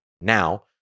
Now